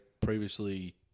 previously